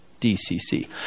DCC